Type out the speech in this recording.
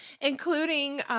including